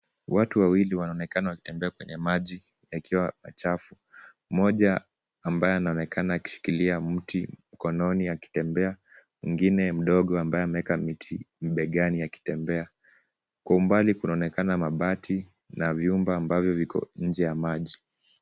Watu wawili wanaonekana wakitembea kwenye maji yakiwa machafu. Mmoja ambaye anaonekana akishikilia mti mkononi akitembea mwingine mdogo ambaye ameweka miti begani akitembea. Kwa umbali kunaonekana mabati la vyumba ambayo iko nje ya maji.